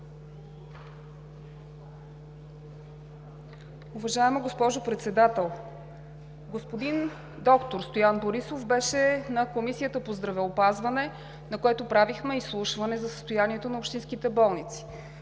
Уважаема госпожо Председател, доктор Стоян Борисов беше на заседанието на Комисията по здравеопазването, на което правихме изслушване за състоянието на общинските болници.